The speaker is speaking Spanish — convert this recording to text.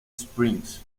springs